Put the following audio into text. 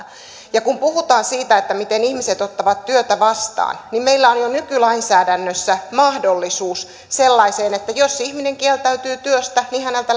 ja kun puhutaan siitä miten ihmiset ottavat työtä vastaan niin meillä on jo nykylainsäädännössä mahdollisuus sellaiseen että jos ihminen kieltäytyy työstä niin häneltä